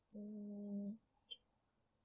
mm